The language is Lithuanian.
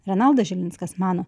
renaldas žilinskas mano